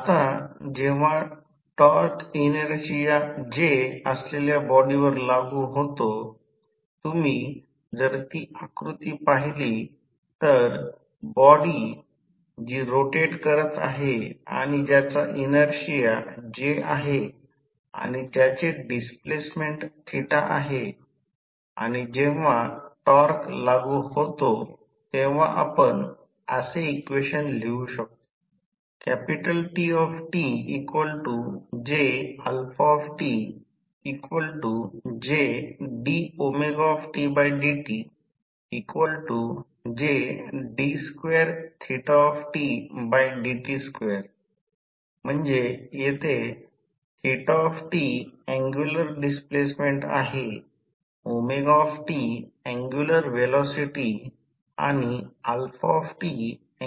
आता जेव्हा torque inertia J असलेल्या बॉडीवर लागू होतो तुम्ही जर ती आकृती पहिली तर बॉडी जी रोटेट करत आहे आणि ज्याचा इनर्शियाJ आहे आणि ज्याचे डिस्प्लेसमेंट आहे आणि जेव्हा टॉर्क लागू होतो तेव्हा आपण असे इक्वेशन लिहू शकतो TtJαtJdωdtJd2θdt2 म्हणजे येथे θ अँग्युलर डिस्प्लेसमेंट आहे tअँग्युलर व्हेलॉसिटी आणि α